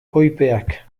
koipeak